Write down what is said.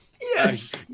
yes